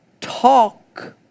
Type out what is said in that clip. talk